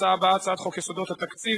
הצעת חוק איסור הלבנת הון